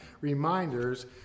reminders